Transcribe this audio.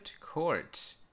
court